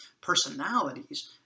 personalities